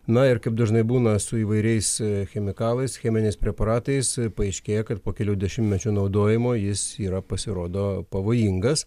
na ir kaip dažnai būna su įvairiais chemikalais cheminiais preparatais paaiškėja kad po kelių dešimtmečių naudojimo jis yra pasirodo pavojingas